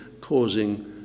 causing